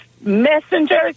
messengers